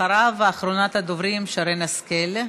אחריו, אחרונת הדוברים, שרן השכל.